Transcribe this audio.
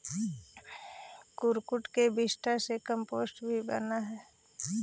कुक्कुट के विष्ठा से कम्पोस्ट भी बनअ हई